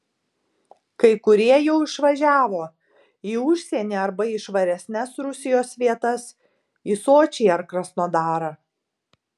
kai kurie jau išvažiavo į užsienį arba į švaresnes rusijos vietas į sočį ar krasnodarą